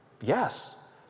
Yes